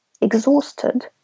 exhausted